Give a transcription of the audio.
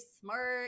smart